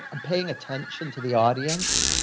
i'm paying attention to the audience.